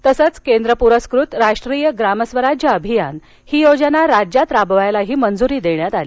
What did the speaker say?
तसंच केंद्र पुरुस्कृत राष्ट्रीय ग्रामस्वराज अभियान ही योजना राज्यात राबवण्यास मंजुरी देण्यात आली